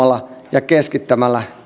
ja keskittämällä toimintoja